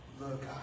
look